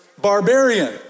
barbarian